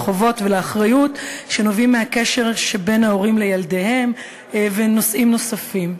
לחובות ולאחריות שנובעים מהקשר שבין ההורים לילדיהם ונושאים נוספים.